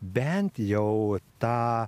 bent jau tą